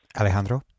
Alejandro